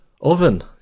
Oven